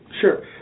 Sure